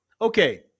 Okay